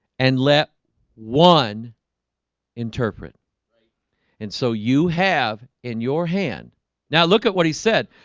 and let one interpret and so you have in your hand now look at what he said,